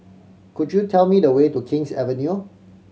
could you tell me the way to King's Avenue